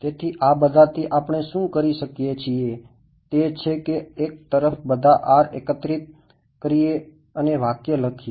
તેથી આ બધાથી આપણે શું કરી શકીએ છીએ તે છે કે એક તરફ બધા R એકત્રિત કરીએ અને વાક્ય લખીએ